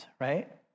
right